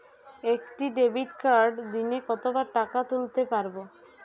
একটি ডেবিটকার্ড দিনে কতবার টাকা তুলতে পারব?